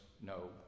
no